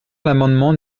l’amendement